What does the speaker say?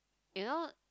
you know